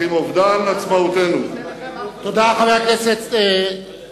היו"ר ראובן ריבלין: תודה, חבר הכנסת אלסאנע.